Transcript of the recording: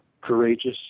courageous